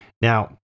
Now